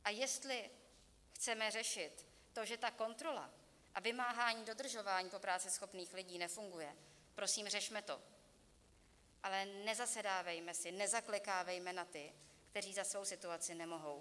A jestli chceme řešit to, že kontrola a vymáhání dodržování práceschopných lidí nefunguje, prosím, řešme to, ale nezasedávejme si, nezaklekávejme na ty, kteří za svou situaci nemohou.